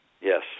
Yes